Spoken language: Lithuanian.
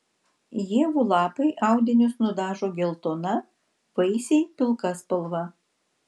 ievų lapai audinius nudažo geltona vaisiai pilka spalva